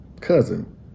cousin